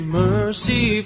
mercy